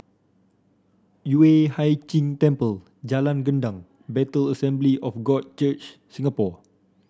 Yueh Hai Ching Temple Jalan Gendang Bethel Assembly of God Church Singapore